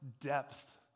depth